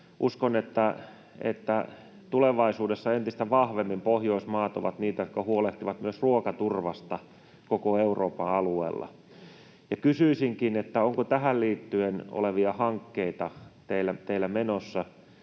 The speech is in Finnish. Uskon, että tulevaisuudessa entistä vahvemmin Pohjoismaat ovat niitä, jotka huolehtivat myös ruokaturvasta koko Euroopan alueella. Kysyisinkin: Onko tähän ilmastonmuutoskeskusteluun liittyviä hankkeita teillä menossa?